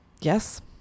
yes